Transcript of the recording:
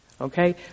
okay